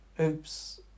oops